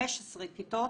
15 כיתות